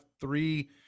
three